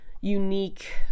unique